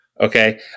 okay